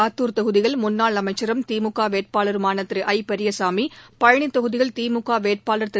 ஆத்தூர் தொகுதியில் முன்னாள் அமைச்சரும் திமுக வேட்பாளருமான திரு ஐ பெரியசாமி பழனி தொகுதியில் திமுக வேட்பாளர் திரு